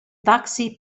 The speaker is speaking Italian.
taxi